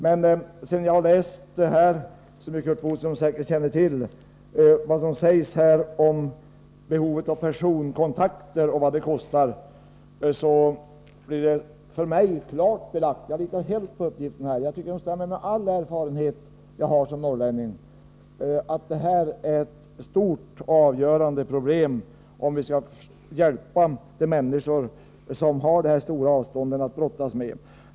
Men sedan jag i utredningen läst vad som sägs om behovet av personkontakter och om vad dessa kostar — någonting som kommunikationsministern säkerligen känner till — blev det för mig klart belagt att detta är ett stort och avgörande problem när vi skall försöka hjälpa de människor som har dessa stora avstånd att brottas med.